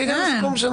הגענו לסיכום.